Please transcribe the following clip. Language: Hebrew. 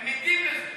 הם מתים לזה.